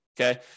okay